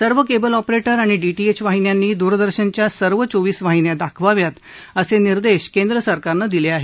सर्व cable operator आणि D T H वाहिन्यांनी दूरदर्शनच्या सर्व चोवीस वाहिन्या दाखवाव्यात असे निर्देश केंद्र सरकारनं दिले आहेत